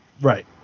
Right